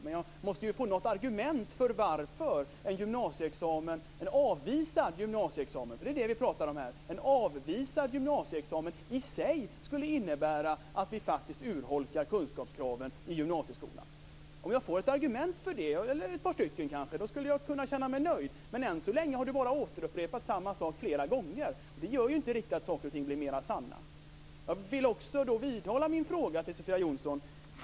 Jag måste få något argument varför en avvisad gymnasieexamen - det är vad vi pratar om - i sig skulle innebära att vi urholkar kunskapskraven i gymnasieskolan. Om jag får ett par argument, skulle jag kunna känna mig nöjd. Än så länge har Sofia Jonsson bara upprepat samma sak flera gånger. Det gör inte saker och ting mera sanna. Jag vidhåller min fråga till Sofia Jonsson.